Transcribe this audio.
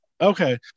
Okay